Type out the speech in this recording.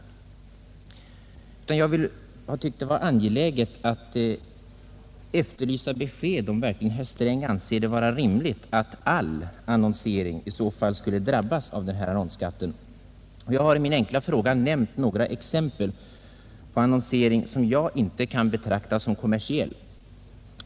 Däremot har jag tyckt att det är angeläget att efterlysa besked om verkligen herr Sträng anser det vara rimligt att all annonsering skulle drabbas av annonsskatten. I min enkla fråga har jag nämnt några exempel på annonsering som jag inte kan betrakta som kommersiell.